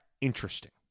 interesting